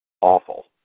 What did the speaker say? Awful